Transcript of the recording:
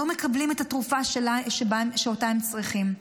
לא מקבלים את התרופה שהם צריכים,